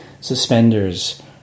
suspenders